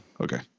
okay